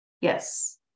Yes